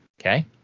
Okay